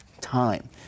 time